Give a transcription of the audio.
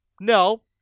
No